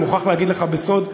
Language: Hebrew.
אני מוכרח להגיד לך בסוד,